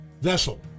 vessel